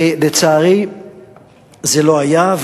ולצערי זה לא היה.